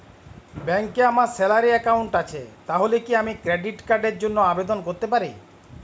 ব্যাংকে আমার salary account আছে তাহলে কি আমি ক্রেডিট কার্ড র জন্য আবেদন করতে পারি?